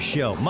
Show